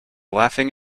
laughing